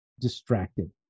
distracted